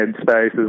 spaces